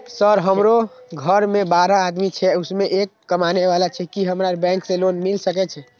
Sir हमरो घर में बारह आदमी छे उसमें एक कमाने वाला छे की हमरा बैंक से लोन मिल सके छे?